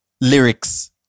lyrics